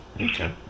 Okay